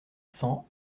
cents